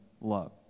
love